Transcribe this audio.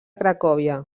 cracòvia